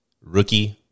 rookie